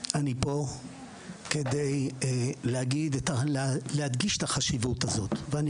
בעצם לתת להם את הסמכויות במקומות בהם הם